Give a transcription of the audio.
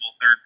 third